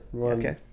Okay